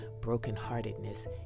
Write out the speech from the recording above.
brokenheartedness